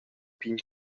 pign